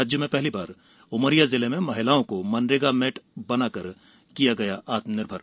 राज्य में पहली बार उमरिया जिले में महिलाओं को मनरेगा मेट बनाकर किया आत्मनिर्भर